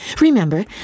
Remember